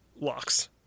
locks